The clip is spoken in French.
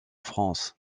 france